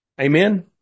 Amen